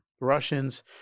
Russians